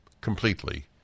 completely